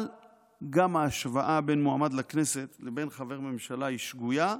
אבל גם ההשוואה בין מועמד לכנסת לבין חבר ממשלה היא שגויה.